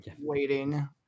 waiting